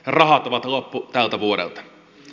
rahat ovat loppu tältä vuodelta